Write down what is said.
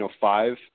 five